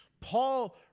Paul